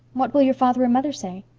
what will your father and mother say?